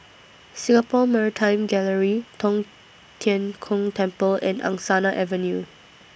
Singapore Maritime Gallery Tong Tien Kung Temple and Angsana Avenue